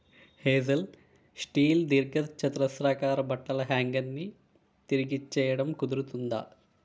hazel steel దీర్ఘ చతురస్రాకార బట్టల హ్యాంగర్ని తిరిగిచ్చేయడం కుదురుతుందా